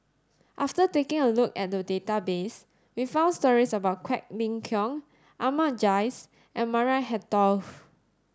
after taking a look at database we found stories about Quek Ling Kiong Ahmad Jais and Maria Hertogh